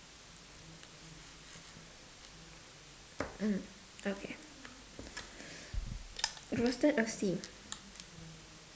mm okay roasted or steamed